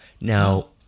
Now